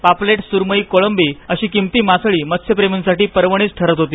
पापलेट सुरमई कोळंबी आदी किंमती मासळी मत्स्य प्रेमींसाठी पर्वणीच ठरत होती